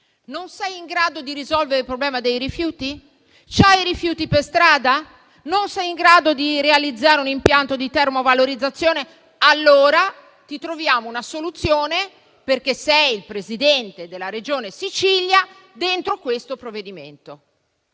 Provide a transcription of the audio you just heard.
non sei in grado di risolvere il problema dei rifiuti? Hai i rifiuti per strada? Non sei in grado di realizzare un impianto di termovalorizzazione? Allora ti troviamo una soluzione, perché sei il Presidente della Regione Sicilia, dentro questo provvedimento.